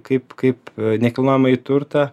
kaip kaip nekilnojamąjį turtą